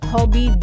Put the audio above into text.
Hobby